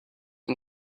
him